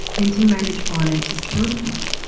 and to manage finances appropriately